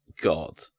God